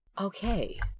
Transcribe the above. Okay